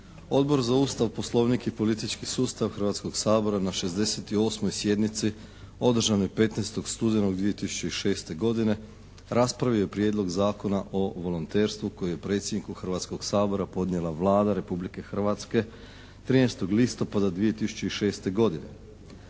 Odbor za Ustav, Poslovnik i politički sustav Hrvatskog sabora na 68. sjednici održanoj 15. studenog 2006. godine raspravio je Prijedlog zakona o volonterstvu koji je predsjedniku Hrvatskog sabora podnijela Vlada Republike Hrvatske 13. listopada 2006. godine.